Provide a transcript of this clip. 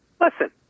listen